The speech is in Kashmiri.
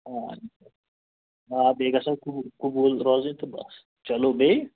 آ آ بیٚیہِ گژھن قبوٗل قبوٗل روٗزٕنۍ تہٕ بس چلو بیٚیہِ